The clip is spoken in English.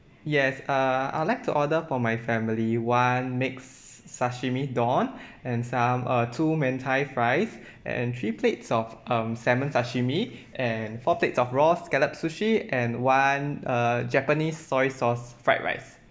yes uh I will like to order for my family one mix sashimi don and some uh two mentei fries and three plates of um salmon sashimi and four plates of raw scallop sushi and one uh japanese soy sauce fried rice